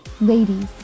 Ladies